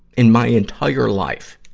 in my entire life,